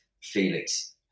Felix